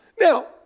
Now